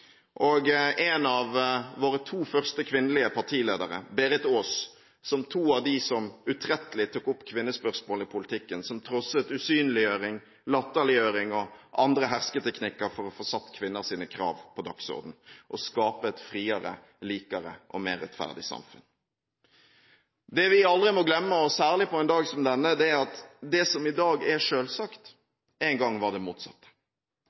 og en av våre to første kvinnelige partiledere, Berit Ås, som to av dem som utrettelig tok opp kvinnespørsmål i politikken, som trosset usynliggjøring, latterliggjøring og andre hersketeknikker for å få satt kvinners krav på dagsordenen og skape et friere, likere og mer rettferdig samfunn. Det vi aldri må glemme, særlig på en dag som denne, er at det som i dag er selvsagt, en gang var det motsatte.